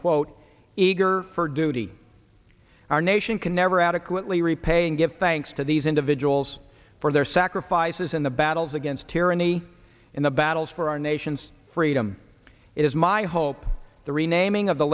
quote eager for duty our nation can never adequately repay and give thanks to these individuals for their sacrifices in the battles against tyranny and the battles for our nation's freedom it is my hope the renaming of the